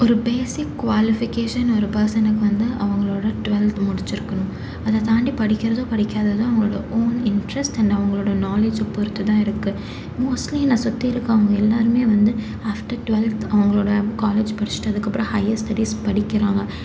ஒரு basic qualification ஒரு பேர்சனுக்கு வந்து அவங்களோடய டுவெல்த் முடிச்சிருக்கணும் அதை தாண்டி படிக்கிறதும் படிக்காததும் அவங்களோடய ஓன் இன்ட்ரெஸ்ட் அண்ட் அவங்களோடய நாலேஜை பொறுத்து தான் இருக்குது மோஸ்ட்லி நான் சுற்றி இருக்கவங்க எல்லாருமே வந்து ஆஃப்டர் டுவெல்த்து அவங்களோடய காலேஜ் படிச்சிட்டு அதுக்கப்புறம் ஹையர் ஸ்டடீஸ் படிக்கிறாங்க